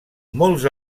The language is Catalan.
molts